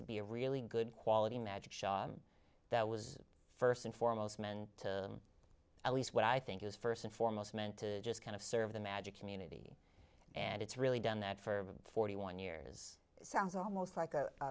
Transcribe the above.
to be a really good quality magic shop that was first and foremost men to at least what i think is first and foremost meant to just kind of serve the magic community and it's really done that for forty one years sounds almost like a